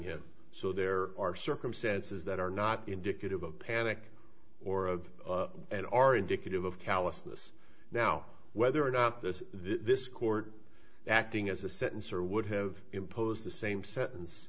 him so there are circumstances that are not indicative of panic or of and are indicative of callousness now whether or not this this court acting as a sentence or would have imposed the same sentence